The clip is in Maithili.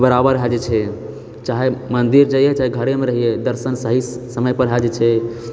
बराबर भए जाइत छै चाहे मंदिर जाइऐ चाहे घरेमे रहियै दर्शन सही समय पर भए जाय छै